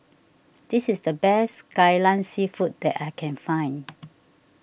this is the best Kai Lan Seafood that I can find